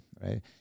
right